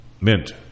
mint